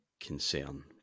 concern